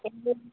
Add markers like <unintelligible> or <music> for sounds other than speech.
<unintelligible>